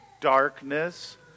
darkness